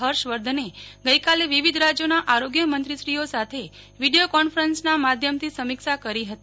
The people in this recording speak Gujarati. હર્ષવર્ધન ગઈકાલે વિવિધ રાજ્યોના આરોગ્ય મંત્રીશ્રીઓ સાથે વિડીયો કોન્ફરન્સના માધ્યમથી સમીક્ષા કરી હતી